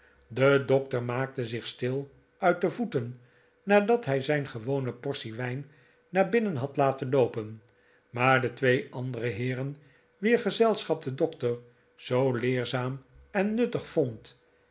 de dokter maakte zich stil uit de voeten nadat hij zijn gewone portie wijn naar binnen had laten loopen maar de twee andere heeren wier gezelschap de dokter zoo leerzaam en nuttig vond